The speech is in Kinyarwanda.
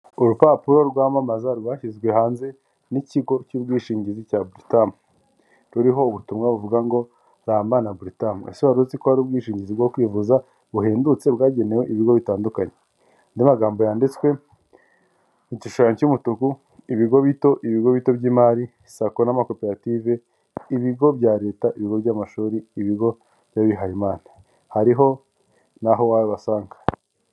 Urupapuro rwamamaza rwashyizwe hanze n'ikigo cy'ubwishingizi cya buritamu, ruriho ubutumwa buvuga ngo ramba na buritamu. Ese waruziko hari ubwishingizi bwo kwivuza buhendutse bwagenewe ibigo bitandukanye, andi magambo yanditswe igishushanyo cy'umutuku ibigo bito, ibigo bito by'imari, sako n'amakoperative, ibigo bya leta, ibigo by'amashuri, ibigo by'abihaye Imana, hariho n'aho wabasanga.